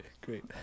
great